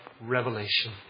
revelation